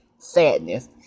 sadness